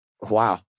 Wow